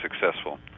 successful